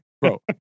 bro